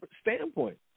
standpoint